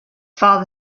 father